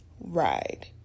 ride